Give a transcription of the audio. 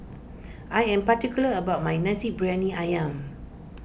I am particular about my Nasi Briyani Ayam